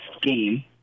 scheme